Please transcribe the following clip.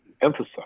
emphasize